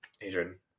Adrian